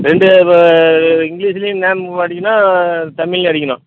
ரெண்டு இங்க்லீஷ்லேயும் நேம் அடிக்கணும் தமிழ்லையும் அடிக்கணும்